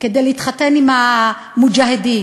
כדי להתחתן עם המוג'אהדין.